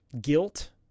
guilt